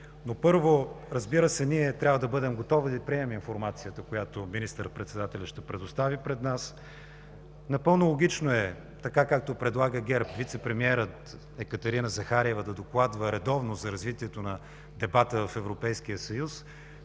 но, първо, разбира се, ние трябва да бъдем готови да приемем информацията, която министър-председателят ще представи пред нас. Напълно логично е, както предлага ГЕРБ, вицепремиерът Екатерина Захариева да докладва редовно за развитието на дебата в Европейския съюз,